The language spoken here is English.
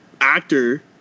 actor